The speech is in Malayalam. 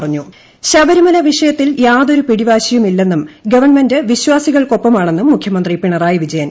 ടടടടടടടട മുഖ്യമന്തി ശബരിമല വിഷയത്തിൽ യാതൊരു പിടിവാശിയുമില്ലെന്നും ഗവൺമെന്റ് വിശ്വാസികൾക്കൊപ്പമാണെന്നും മുഖ്യന്ത്രി പിണറായി ് വിജയൻ